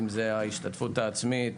אם ההשתתפות העצמית,